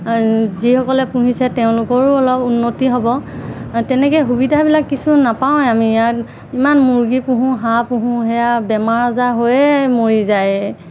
যিসকলে পুহিছে তেওঁলোকৰো অলপ উন্নতি হ'ব তেনেকৈ সুবিধাবিলাক কিছু নাপাওঁৱেই আমি ইয়াত ইমান মুৰ্গী পোহো হাঁহ পুহো সেয়া বেমাৰ আজাৰ হৈয়ে মৰি যায়